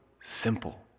simple